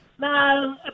No